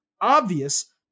obvious